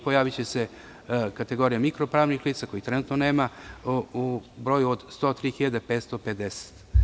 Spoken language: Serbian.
Pojaviće se kategorija mikro pravnih lica, kojih trenutno nema, u broju od 103.550.